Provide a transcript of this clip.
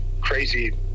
crazy –